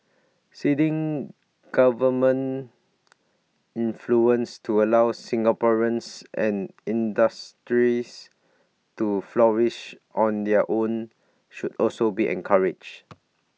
ceding government influence to allow Singaporeans and industries to flourish on their own should also be encouraged